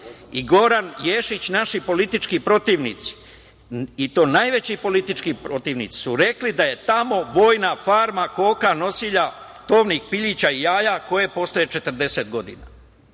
i Goran Ješić, naši politički protivnici, i to najveći politički protivnici su rekli da je tamo vojna farma koka nosilja, tovnih pilića i jaja koje postoje 40 godina.Zašto